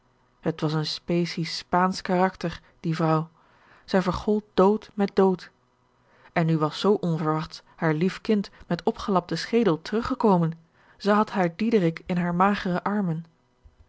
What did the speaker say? het was een specie spaansch karakter die vrouw zij vergold dood met dood en nu was zoo onverwachts haar lief kind met opgelapten schedel teruggekomen zij had haren diederik in hare magere armen